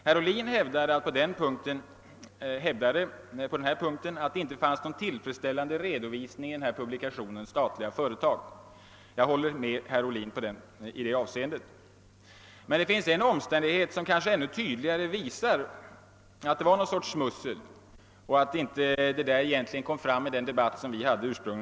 Herr Ohlin hävdade på den punkten att det inte fanns någon tillfredsställande redovisning i publikationen Statliga företag. I det avseendet håller jag med herr Ohlin. Men det finns en omständighet som kanske ännu tydligare visar att det förekom någon sorts smussel och som inte kom fram under den debatt vi hade om Durox.